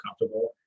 comfortable